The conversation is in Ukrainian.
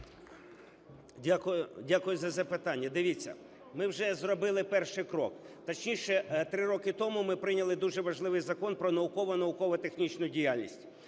Дякую за запитання. Дивіться, ми вже зробили перший крок, точніше 3 роки тому ми прийняли дуже важливий Закон "Про наукову і науково-технічну діяльність",